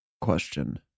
question